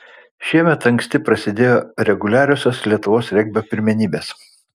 šiemet anksti prasidėjo reguliarusis lietuvos regbio čempionatas